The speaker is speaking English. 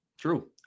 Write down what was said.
True